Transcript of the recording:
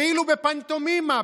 כאילו בפנטומימה,